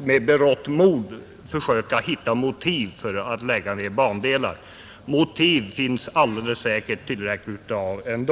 med berått mod försöka hitta motiv för att lägga ned bandelar. Motiv finns det alldeles säkert tillräckligt med ändå.